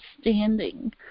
standing